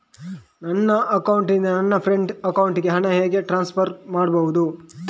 ನನ್ನ ಅಕೌಂಟಿನಿಂದ ನನ್ನ ಫ್ರೆಂಡ್ ಅಕೌಂಟಿಗೆ ಹಣ ಹೇಗೆ ಟ್ರಾನ್ಸ್ಫರ್ ಮಾಡುವುದು?